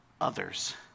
others